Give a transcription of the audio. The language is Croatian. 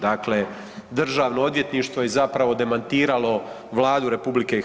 Dakle, Državno odvjetništvo je zapravo demantiralo Vladu RH.